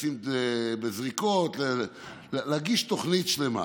לשים זריקות, להגיש תוכנית שלמה.